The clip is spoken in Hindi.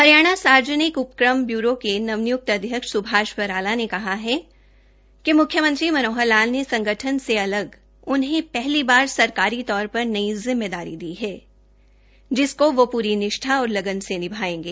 हरियाणा सार्वजनिक उपक्रम ब्यूरो के नवनिय्क्त अध्यक्ष श्री स्भाष बराला ने कहा है कि म्ख्यमंत्री मनोहर लाल ने संगठन से अलग उन्हें पहली बार सरकारी तौर पर नई जिम्मेदारी दी है जिसको वे पूरी निष्ठा और लगन से निभाएंगे